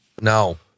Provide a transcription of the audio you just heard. No